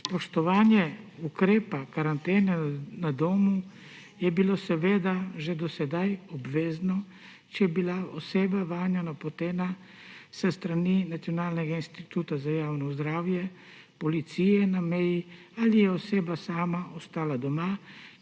Spoštovanje ukrepa karantene na domu je bilo seveda že do sedaj obvezno, če je bila oseba vanjo napotena s strani Nacionalnega inštituta za javno zdravje, policije na meji ali je oseba sama ostala doma,